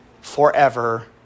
forever